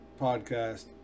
podcast